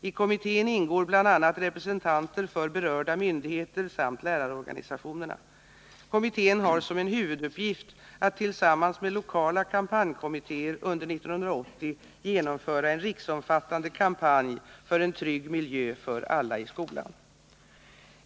I kommittén ingår bl.a. representanter för berörda myndigheter samt lärarorganisationerna. Kommittén har som en huvuduppgift att tillsammans med lokala kampanjkommittéer under 1980 genomföra en riksomfattande kampanj för en trygg miljö för alla i skolan.